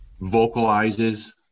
Vocalizes